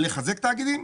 לחזק תאגידים?